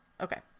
Okay